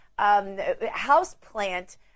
houseplant